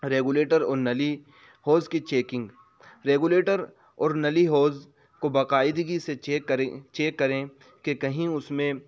regulator اور نلی حوض کی چیکنگ ریگولیٹر اور نلی حوض کو باقاعدگی سے چیک کریں چیک کریں کہ کہیں اس میں